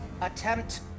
attempt